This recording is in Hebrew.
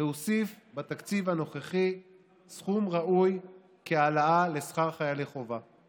להוסיף בתקציב הנוכחי סכום ראוי להעלאה לשכר חיילי חובה,